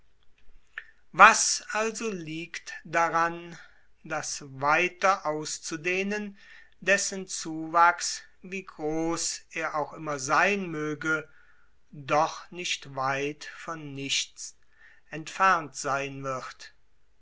was also liegt daran das weiter auszudehnen dessen zuwachs wie groß er auch immer sein möge doch nicht weit von nichts entfernt sein wird